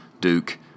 Duke